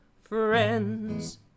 friends